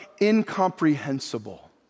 incomprehensible